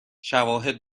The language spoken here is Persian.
شواهد